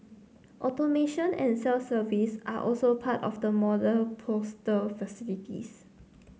automation and self service are also part of the modern postal facilities